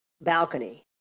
balcony